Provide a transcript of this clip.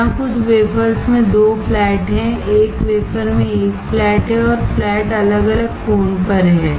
यहां कुछ वेफर्स में 2 फ्लैट हैं 1 वेफर में 1 फ्लैट है और फ्लैट अलग अलग कोण पर हैं